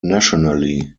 nationally